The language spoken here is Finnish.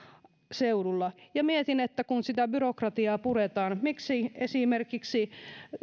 seudulla mietin että kun sitä byrokratiaa puretaan niin miksi esimerkiksi